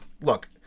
look